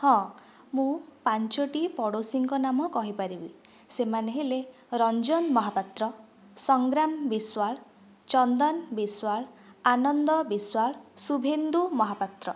ହଁ ମୁଁ ପାଞ୍ଚୋଟି ପଡ଼ୋଶୀଙ୍କ ନାମ କହିପାରିବି ସେମାନେ ହେଲେ ରଞ୍ଜନ ମହାପାତ୍ର ସଂଗ୍ରାମ ବିଶ୍ଵାଳ ଚନ୍ଦନ ବିଶ୍ଵାଳ ଆନନ୍ଦ ବିଶ୍ଵାଳ ଶୁଭେନ୍ଦୁ ମହାପାତ୍ର